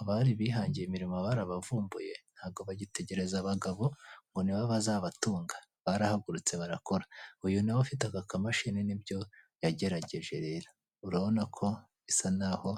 Abari bihangiye imirimo barabavumbuye ntago bagitegereza abagabo ngo nibo bazabatunga barahagurutse barakora uyu nawe afite aka kamashini nibyo yagerageje rero urabonako bisa naho